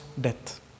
death